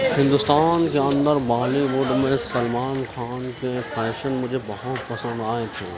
ہندوستان کے اندر Bollywood میں سلمان خان کے فیشن مجھے بہت پسند آئے تھے